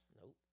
nope